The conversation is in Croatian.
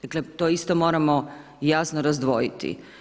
Dakle, to isto moramo jasno razdvojiti.